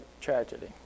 tragedy